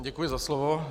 Děkuji za slovo.